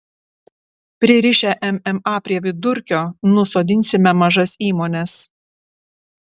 pririšę mma prie vidurkio nusodinsime mažas įmones